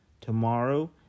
tomorrow